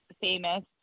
famous